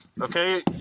okay